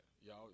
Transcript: y'all